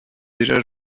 déjà